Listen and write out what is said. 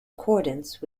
accordance